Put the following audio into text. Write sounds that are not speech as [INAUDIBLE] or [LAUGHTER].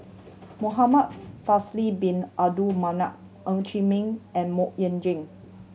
Muhamad [UNINTELLIGIBLE] Faisal Bin Abdul Manap Ng Chee Meng and Mok Ying Jang